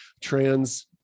trans